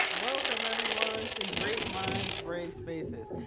welcome everyone to great minds, brave spaces.